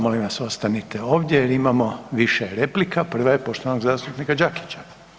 Molim vas ostanite ovdje jer imamo više replika, prva je poštovanog zastupnika Đakića.